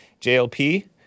JLP